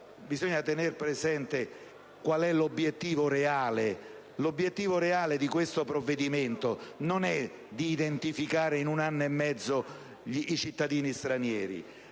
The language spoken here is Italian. Bisogna tener presente qual è l'obiettivo reale. L'obiettivo reale di questo provvedimento non è di identificare in un anno e mezzo i cittadini stranieri,